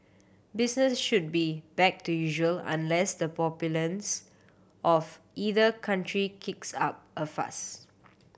business should be back to usual unless the populace of either country kicks up a fuss